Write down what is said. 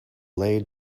lay